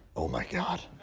oh my god.